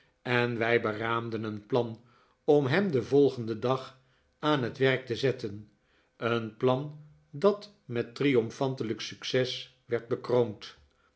en wij beraamden een plan om hem den volgenden dag aan het werk te zetten een plan dat met triomfantelijk succes werd bekroond